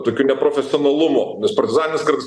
tokiu neprofesionalumu nes partizanas kartais